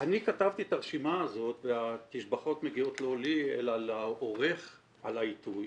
אני כתבתי את הרשימה הזאת והתשבחות מגיעות לא לי אלא לעורך על העיתוי.